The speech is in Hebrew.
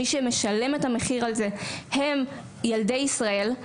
מי שמשלם את המחיר על זה הם ילדי ישראל,